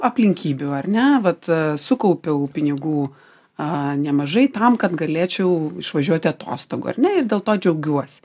aplinkybių ar ne vat sukaupiau pinigų a nemažai tam kad galėčiau išvažiuoti atostogų ar ne ir dėl to džiaugiuosi